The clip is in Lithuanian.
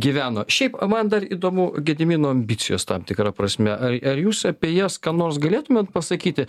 gyveno šiaip man dar įdomu gedimino ambicijos tam tikra prasme ar jūs apie jas ką nors galėtumėt pasakyti